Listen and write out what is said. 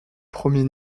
premier